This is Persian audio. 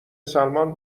سلمان